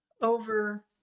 over